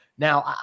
Now